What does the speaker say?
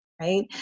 right